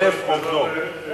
1,000 עובדות.